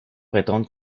prétendent